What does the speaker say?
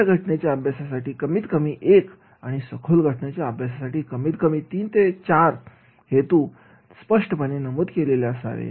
छोट्या घटनेच्या अभ्यासासाठी कमीत कमी एक आणि सखोल घटनेच्या अभ्यासासाठी तीन ते चार हेतु स्पष्टपणे नमूद केलेले असावे